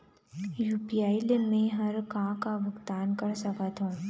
UPI ले मे हर का का भुगतान कर सकत हो?